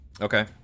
okay